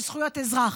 של זכויות אזרח.